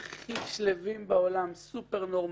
סעיף שהיום בחוק העונשין הוא סעיף ארכאי,